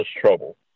trouble